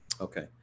Okay